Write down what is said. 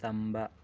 ꯇꯝꯕ